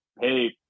hey